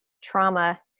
trauma